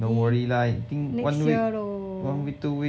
don't worry lah you think one week one week two week